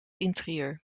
interieur